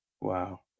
Wow